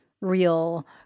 real